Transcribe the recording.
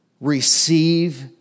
receive